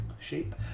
shape